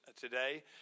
today